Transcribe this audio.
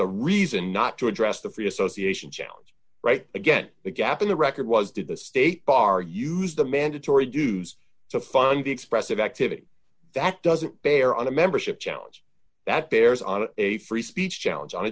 a reason not to address the free association challenge right again the gap in the record was did the state bar use the mandatory dues to fund the expressive activity that doesn't bear on a membership challenge that bears on a free speech challenge